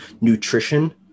nutrition